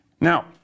Now